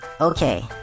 Okay